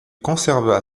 conserva